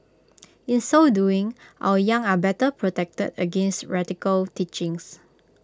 in so doing our young are better protected against radical teachings